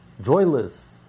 joyless